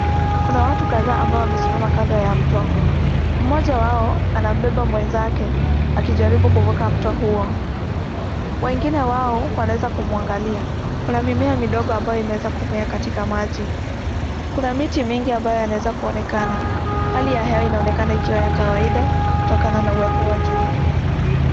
Kuna watu kadhaa ambao wamesimama kando ya mto. Mmoja wao anambeba mwenzake akijaribu kuvuka mto huo. Wengine wao wanaweza kumwangalia. Kuna mimea midogo ambayo imeweza kumea katika maji. Kuna miti mingi ambayo yanaweza kuonekana. Hali ya hewa inaonekana ikiwa ya kawaida kutokana na uwepo wa jua.